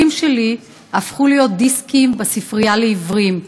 שלי הפכו להיות דיסקים בספרייה לעיוורים,